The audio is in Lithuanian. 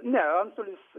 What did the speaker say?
ne antstolis